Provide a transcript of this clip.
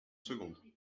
secondes